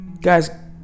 Guys